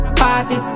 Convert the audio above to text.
party